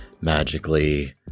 magically